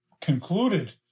concluded